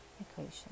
equation